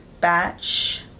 batch